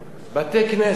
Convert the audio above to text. בתי-כנסת.